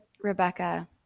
Rebecca